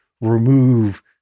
remove